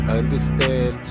understand